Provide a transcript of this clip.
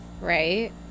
Right